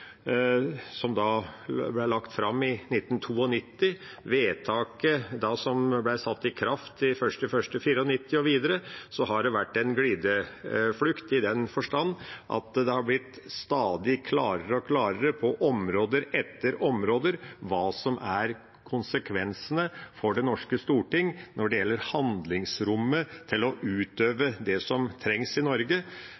lagt fram i 1992, og vedtaket som ble satt i kraft 1. januar 1994, har vært en glideflukt i den forstand at det har blitt stadig klarere og klarere på område etter område hva som er konsekvensene for det norske storting når det gjelder handlingsrommet til å utøve